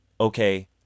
Okay